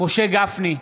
משה גפני,